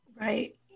Right